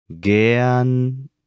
Gern